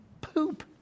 poop